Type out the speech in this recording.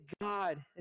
God